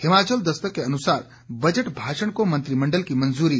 हिमाचल दस्तक के अनुसार बजट भाषण को मंत्रिमंडल की मंजूरी